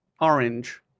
orange